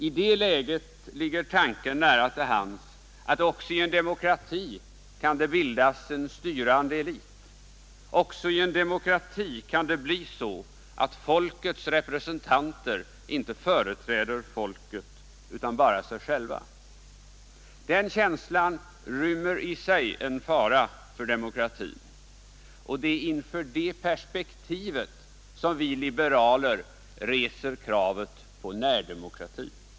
I det läget ligger tanken nära till hands att också i en demokrati kan det bildas en styrande elit, också i en demokrati kan det bli så att folkets representanter inte företräder folket utan bara sig själva. Den känslan rymmer i sig en fara för demokratin, och det är inför det perspektivet som vi liberaler reser kravet på närdemokrati.